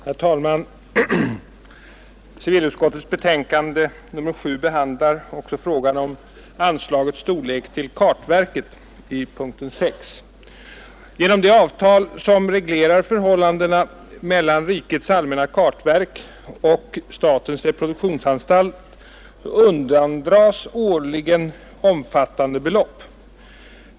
Herr talman! Civilutskottets betänkande nr 7 behandlar i punkten 6 Onsdagen den frågan om storleken av anslaget till kartverket. Genom det avtal som 5 april 1972 reglerar förhållandena mellan rikets allmänna kartverk och statens reproduktionsanstalt undandras staten årligen omfattande belopp.